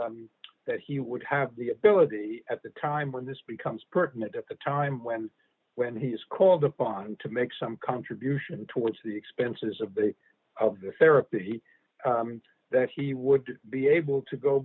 would that he would have the ability d at the time when this becomes pregnant at the time when when he is called upon to make some contribution toward the expenses of of this therapy that he would be able to go